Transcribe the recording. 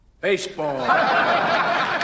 Baseball